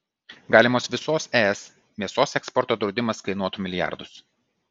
galimas visos es mėsos eksporto draudimas kainuotų milijardus